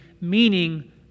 meaning